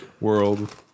world